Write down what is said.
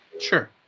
Sure